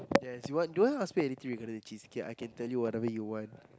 yes you want do you want to ask me anything regarding the cheesecake I can tell you whatever you want